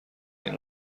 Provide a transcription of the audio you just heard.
این